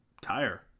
tire